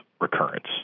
recurrence